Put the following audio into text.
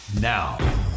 now